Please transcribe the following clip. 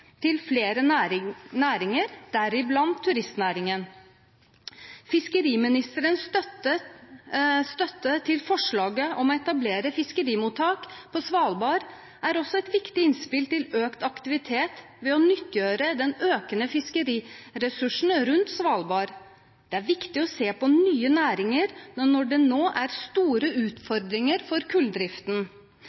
til flere næringer, deriblant turistnæringen. Fiskeriministerens støtte til forslaget om å etablere fiskemottak på Svalbard er også et viktig innspill til økt aktivitet ved å nyttiggjøre den økende fiskeriressursen rundt Svalbard. Det er viktig å se på nye næringer når det nå er store utfordringer for kulldriften.